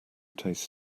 taste